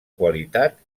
qualitat